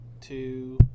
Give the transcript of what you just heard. two